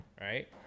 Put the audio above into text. right